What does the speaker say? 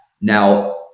Now